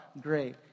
great